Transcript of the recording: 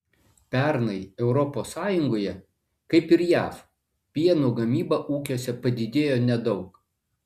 pernai europos sąjungoje kaip ir jav pieno gamyba ūkiuose padidėjo nedaug